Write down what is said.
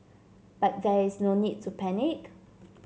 but there is no need to panic